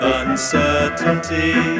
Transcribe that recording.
uncertainty